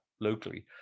locally